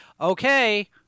Okay